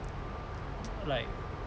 like